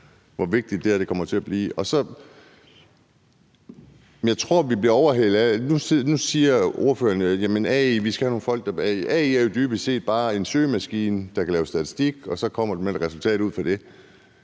hvor vigtigt det her kommer til at blive. Nu siger ordføreren, at vi skal have nogle folk, der kan AI. AI er jo dybest set bare en søgemaskine, der kan lave statistik, og så kommer den med et resultat ud fra det,